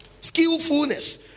Skillfulness